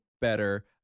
better